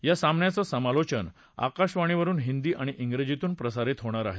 या सामन्याचं समालोचन आकाशवाणीवरुन हिंदी आणि विजीतून प्रसारित होणार आहे